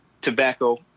tobacco